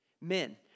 Men